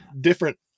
Different